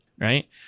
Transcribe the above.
right